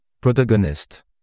protagonist